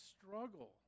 struggle